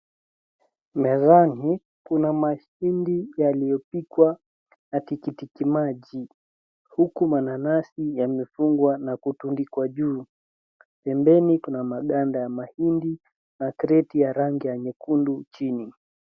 Mezani, kuna mahindi yaliyopikwa na tikitimaji, huku mananasi yamefungwa na kutundikwa juu. Pembeni kuna maganda ya mahindi na kreti ya rangi ya nyekundu chini.